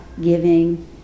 giving